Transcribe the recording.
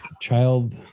child